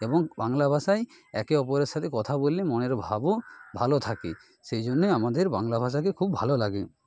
এবং বাংলা ভাষাই একে অপরের সাথে কথা বললে মনের ভাবও ভালো থাকে সেই জন্যই আমাদের বাংলা ভাষাকে খুব ভালো লাগে